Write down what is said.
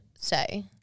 say